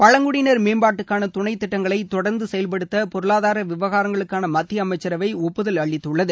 பழங்குடியினர் மேம்பாட்டுக்கான துணைத்திட்டங்களை தொடர்ந்து செயல்படுத்தப் பொருளாதார விவகாரங்களுக்கான மத்திய அமைச்சரவை ஒப்புதல் அளித்துள்ளது